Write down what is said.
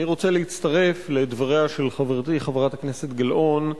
אני רוצה להצטרף לדבריה של חברתי חברת הכנסת גלאון,